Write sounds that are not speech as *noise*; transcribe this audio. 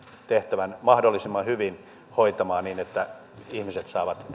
tehtävän mahdollisimman hyvin hoitamaan niin että ihmiset saavat *unintelligible*